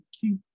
keep